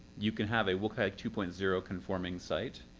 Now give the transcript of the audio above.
you can have a wcag two point zero conforming site,